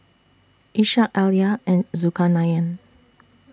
Ishak Alya and Zulkarnain